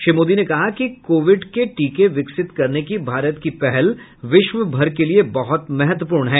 श्री मोदी ने कहा कि कोविड के टीके विकसित करने की भारत की पहल विश्वभर के लिए बहुत महत्वपूर्ण है